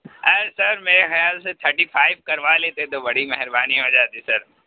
ارے sir میرے خیال سے تھرٹی فائیو کروا لیتے تو بڑی مہربانی ہو جاتی سر